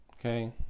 Okay